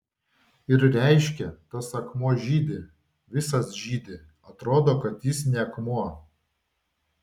ir reiškia tas akmuo žydi visas žydi atrodo kad jis ne akmuo